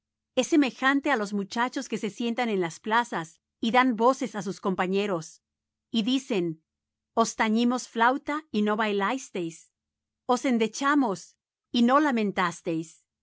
es semejante á los muchachos que se sientan en las plazas y dan voces á sus compañeros y dicen os tañimos flauta y no bailasteis os endechamos y no lamentasteis